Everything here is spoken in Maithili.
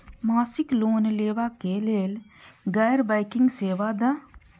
मासिक लोन लैवा कै लैल गैर बैंकिंग सेवा द?